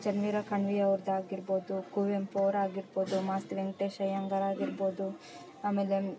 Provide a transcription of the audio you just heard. ಚನ್ವೀರ ಕಣ್ವಿ ಅವ್ರ್ದು ಆಗಿರ್ಬೌದು ಕುವೆಂಪು ಅವರು ಆಗಿರ್ಬೌದು ಮಾಸ್ತಿ ವೆಂಕಟೇಶ್ ಅಯ್ಯಂಗಾರ್ ಆಗಿರ್ಬೌದು ಆಮೇಲೆ